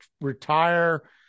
retire